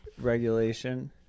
regulation